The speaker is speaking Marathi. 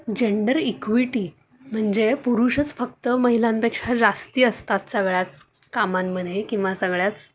जेंडर इक्विटी म्हणजे पुरुषच फक्त महिलांपेक्षा जास्त असतात सगळ्याच कामांमध्ये किंवा सगळ्याच